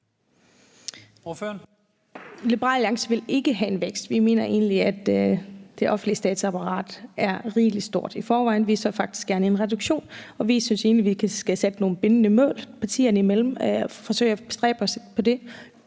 Liberal Alliance vil ikke have en vækst. Vi mener egentlig, at det offentlige statsapparat er rigelig stort i forvejen. Vi så faktisk gerne en reduktion, og vi synes egentlig, at vi skal sætte nogle bindende mål partierne imellem og forsøge at bestræbe os på det.